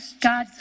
God